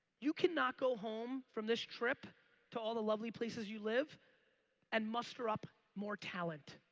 you can not go home from this trip to all the lovely places you live and muster up more talent.